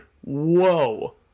whoa